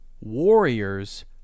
warriors